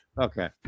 Okay